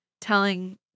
telling